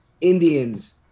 Indians